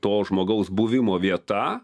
to žmogaus buvimo vieta